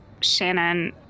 Shannon